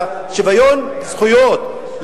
לשוויון זכויות,